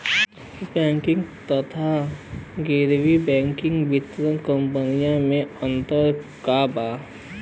Bank तथा गैर banking वित्तीय कम्पनीयो मे अन्तर का बा?